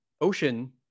ocean